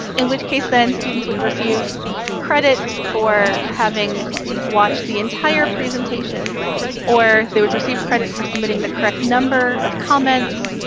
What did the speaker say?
in which case then students would receive credit for having watched the entire presentation or they would receive credit for submitting the correct number of comments.